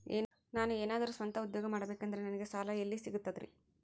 ನಾನು ಏನಾದರೂ ಸ್ವಂತ ಉದ್ಯೋಗ ಮಾಡಬೇಕಂದರೆ ನನಗ ಸಾಲ ಎಲ್ಲಿ ಸಿಗ್ತದರಿ?